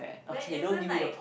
there isn't like